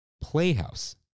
Playhouse